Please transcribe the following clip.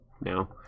now